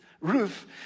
roof